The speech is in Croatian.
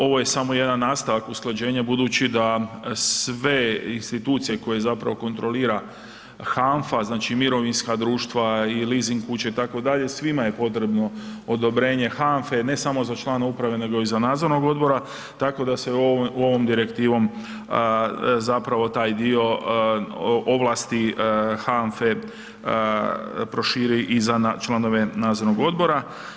Ovo je samo jedan nastavak usklađenja budući da sve institucije koje zapravo kontrolira HANFA znači mirovinska društva i leasing kuće itd., svima je potrebno odobrenje HANFE ne samo za člana uprave nego i za nadzornog odbora, tako da se ovom direktivom zapravo taj dio ovlasti HANFE prošire i za na članove nadzornog odbora.